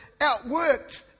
outworked